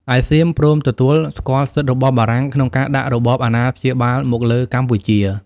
ឯសៀមព្រមទទួល ស្គាល់សិទ្ធិរបស់បារាំងក្នុងការដាក់របបអាណាព្យាបាលមក លើកម្ពុជា។